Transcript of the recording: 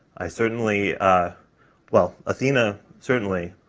i certainly well, athena certainly,